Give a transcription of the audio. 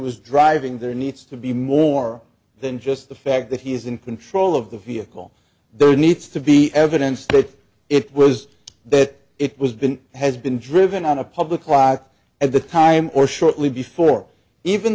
was driving there needs to be more than just the fact that he is in control of the vehicle there needs to be evidence that it was that it was been has been driven on a public clock at the time or shortly before even